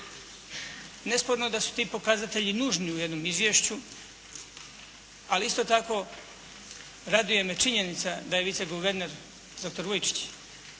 Nesporno je da su ti pokazatelji nužni u jednom izvješću, ali isto tako raduje me činjenica da je vice guverner dr. Vujičić